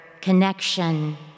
connection